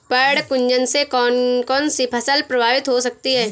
पर्ण कुंचन से कौन कौन सी फसल प्रभावित हो सकती है?